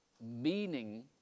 meaning